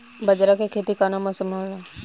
बाजरा के खेती कवना मौसम मे होला?